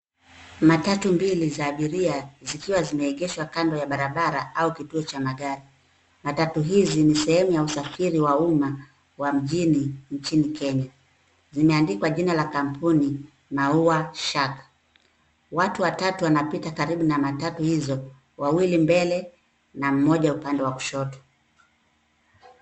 Matatu mbili za abiria zikiwa zimeegeshwa kando ya barabara au kituo cha magari. Matatu hizi ni sehemu ya usafiri wa umma wa mjini nchini Kenya. Zimeandikwa jina la kampuni Maua Shark . Watu watatu wanapita karibu na matatu hizo, wawili mbele na mmoja upande wa kushoto.